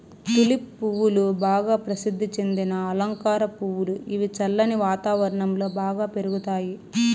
tulip పువ్వులు బాగా ప్రసిద్ది చెందిన అలంకార పువ్వులు, ఇవి చల్లని వాతావరణం లో బాగా పెరుగుతాయి